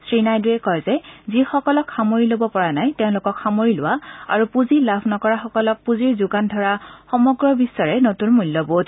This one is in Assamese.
শ্ৰী নাইডুৱে কয় যে যিসকলক সামৰি লব পৰা নাই তেওঁলোকক সামৰি লোৱা আৰু পুঁজি লাভ নকৰাসকলক পুঁজিৰ যোগান ধৰা সমগ্ৰ বিধৰে নতুন মূল্যবোধ